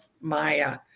Maya